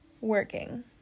working